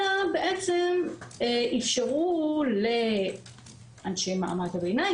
אלא בעצם איפשרו לאנשי מעמד הביניים,